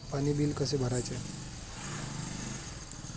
पाणी बिल कसे भरायचे?